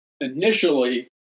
Initially